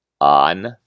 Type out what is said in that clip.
on